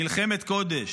מלחמת קודש,